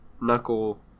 knuckle